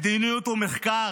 מדיניות ומחקר,